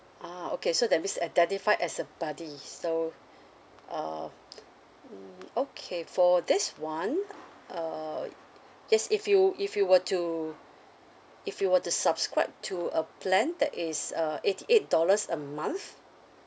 ah okay so that means identified as a buddy so uh mm okay for this one uh yes if you if you were to if you were to subscribe to a plan that is uh eighty eight dollars a month